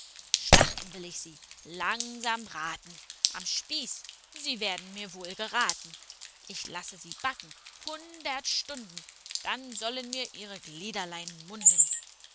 schlachten will ich sie langsam braten am spieß sie werden mir wohl geraten ich lasse sie backen hundert stunden dann sollen mir ihre gliederlein munden